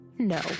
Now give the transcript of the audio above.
No